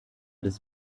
des